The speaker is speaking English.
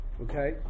Okay